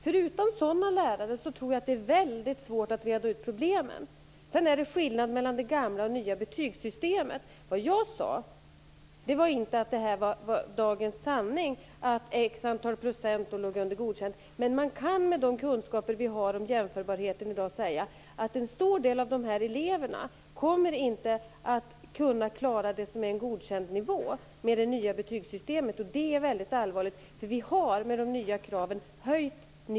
Utan sådana lärare tror jag att det är väldigt svårt att reda ut problemen. Sedan är det skillnad mellan det gamla och det nya betygssystemet. Vad jag sade var inte att det var dagens sanning att visst antal procent låg under godkänt. Men med de kunskaper vi har om jämförbarheten i dag kan man säga att en stor del av de här eleverna inte kommer att kunna klara det som är en godkänd nivå med det nya betygssystemet. Detta är väldigt allvarligt, för vi har höjt nivån med de nya kraven.